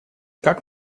как